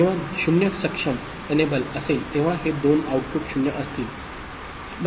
जेव्हा 0 सक्षम असेल तेव्हा हे दोन आउटपुट 0 असतील